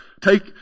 take